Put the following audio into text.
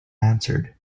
answered